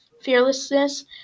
fearlessness